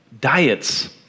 Diets